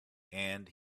and